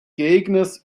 gegners